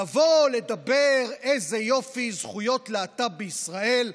לבוא לדבר על איזה יופי זכויות הלהט"ב בישראל,